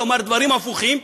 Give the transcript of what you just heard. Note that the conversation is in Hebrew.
לומר דברים הפוכים.